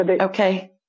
Okay